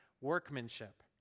workmanship